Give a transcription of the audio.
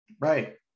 Right